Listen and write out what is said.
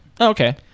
Okay